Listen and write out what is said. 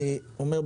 אני אומר,